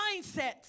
mindsets